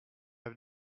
have